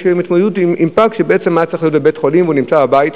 יש להם התמודדות עם פג שבעצם היה צריך להיות בבית-חולים והוא נמצא בבית.